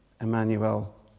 Emmanuel